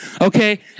okay